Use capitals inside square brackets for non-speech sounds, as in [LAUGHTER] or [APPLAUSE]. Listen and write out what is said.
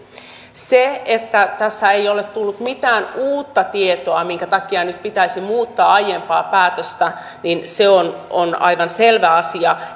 se että tässä ei ole tullut mitään uutta tietoa minkä takia nyt pitäisi muuttaa aiempaa päätöstä on on aivan selvä asia [UNINTELLIGIBLE]